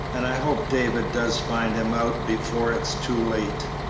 and i hope david does find him out before it's too late.